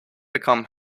became